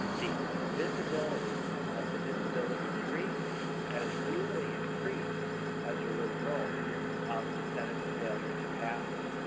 the visibility of the disability treaty and has really increased as a result of the senate's failure to pass it.